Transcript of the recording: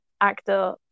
actor